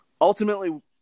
ultimately